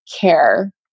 care